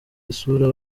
isura